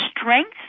strength